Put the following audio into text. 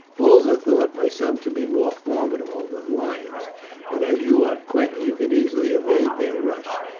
bulls are thought by some to be more formidable than lions but as you are quick, you can easily evade their rush.